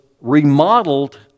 remodeled